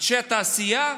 אנשי התעשייה,